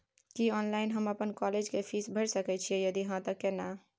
की online हम अपन college के फीस भैर सके छि यदि हाँ त केना?